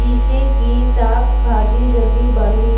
जिसे कि साक भाजी जल्दी बाड़ही?